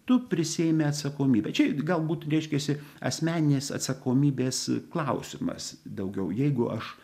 tu prisiimi atsakomybę čia galbūt reiškiasi asmeninės atsakomybės klausimas daugiau jeigu aš